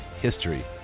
history